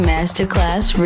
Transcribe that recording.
Masterclass